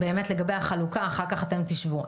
שבאמת לגבי החלוקה אחר כך אתם תשבו.